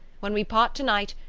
when we part to-night,